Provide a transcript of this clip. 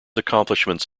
accomplishments